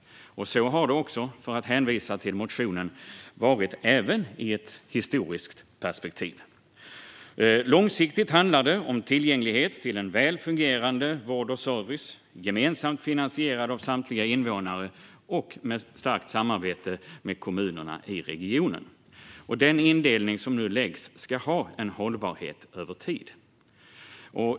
Så har det också, för att hänvisa till motionen, varit i ett historiskt perspektiv. Långsiktigt handlar det om tillgänglighet till en väl fungerande vård och service, gemensamt finansierad av samtliga invånare och med ett starkt samarbete med kommunerna i regionen. Den indelning som nu görs ska ha en hållbarhet över tid.